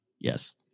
Yes